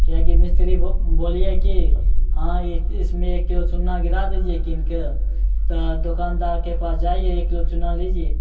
किएकि मिस्त्री बोलिए कि हँ इसमे एक किलो चूना गिरा दीजिए किनिके तऽ दोकानदारके पास जाइए एक किलो चूना लीजिए